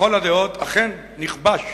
לכל הדעות, אכן נכבש